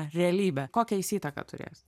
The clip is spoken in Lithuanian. realybė kokią jis įtaką turės